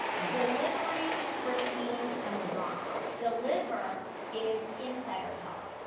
delivering for queens and the bronx. deliver is insider talk.